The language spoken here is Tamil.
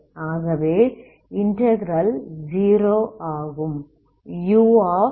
ஆகவே இன்டகிரல் 0 ஆகும்